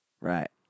Right